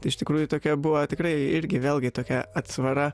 iš tikrųjų tokia buvo tikrai irgi vėlgi tokia atsvara